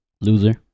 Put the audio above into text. loser